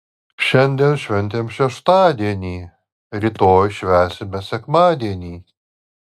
šiandien šventėm šeštadienį rytoj švęsime sekmadienį